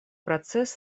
процесс